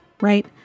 right